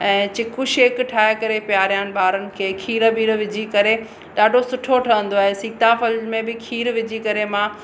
ऐं चिकू शेक ठाहे करे पिआरानि ॿारनि खे खीर ॿीर विझी करे ॾाढो सुठो ठहंदो आहे सीताफल में बि खीर विझी करे मां